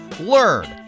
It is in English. learn